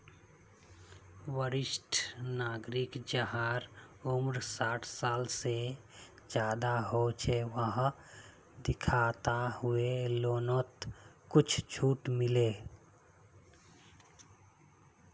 वरिष्ठ नागरिक जहार उम्र साठ साल से ज्यादा हो छे वाहक दिखाता हुए लोननोत कुछ झूट मिले